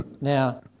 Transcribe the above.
Now